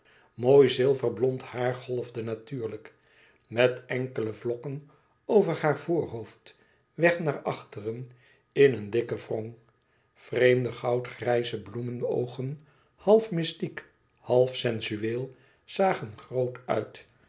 mooi zilverblond haar golfde natuurlijk met enkele vlokken over haar voorhoofd weg naar achteren in een dikken wrong vreemde goudgrijze bloemenoogen half mystiek half sensueel zagen groot uit